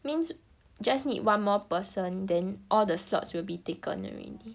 means just need one more person then all the slots will be taken already